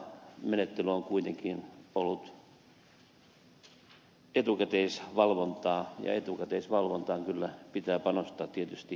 ympäristölupamenettely on kuitenkin ollut etukäteisvalvontaa ja etukäteisvalvontaan kyllä pitää panostaa tietysti